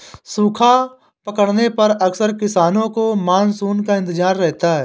सूखा पड़ने पर अक्सर किसानों को मानसून का इंतजार रहता है